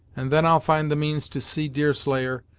and then i'll find the means to see deerslayer,